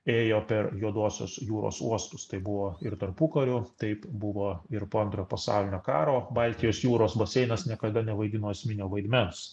ėjo per juodosios jūros uostus tai buvo ir tarpukariu taip buvo ir po antrojo pasaulinio karo baltijos jūros baseinas niekada nevaidino esminio vaidmens